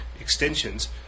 extensions